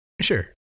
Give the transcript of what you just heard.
Sure